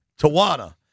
Tawana